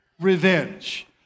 revenge